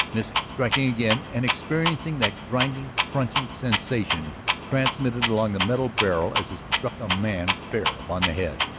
missing, striking again and experiencing that grinding, crunching sensation transmitted along the metal barrel as it struck a man fair upon the head.